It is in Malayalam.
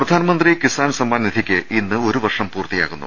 പ്രധാനമന്ത്രി കിസാൻ സമ്മാൻ നിധിക്ക് ഇന്ന് ഒരു വർഷം പൂർത്തിയാ കും